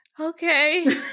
Okay